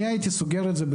אני הייתי סוגר את זה,